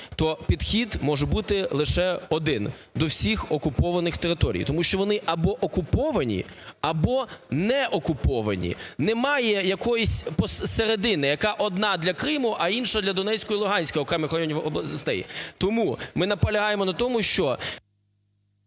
то підхід може бути лише один до всіх окупованих територій, тому що вони або окуповані, або не окуповані – немає якоїсь середини, яка одна – для Криму, а інша – для Донецької і Луганської окремих районів областей. Тому ми наполягаємо на тому, що…